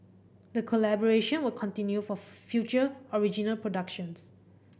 the collaboration will continue for future original productions